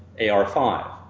AR5